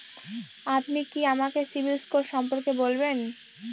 আপনি কি আমাকে সিবিল স্কোর সম্পর্কে বলবেন?